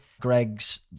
Greg's